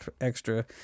extra